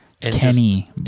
Kenny